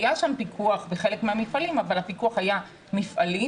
היה שם פיקוח בחלק מהמפעלים אבל הפיקוח היה מפעלי,